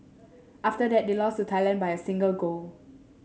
after that they lost to Thailand by a single goal